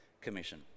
commission